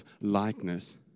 likeness